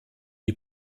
die